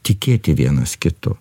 tikėti vienas kitu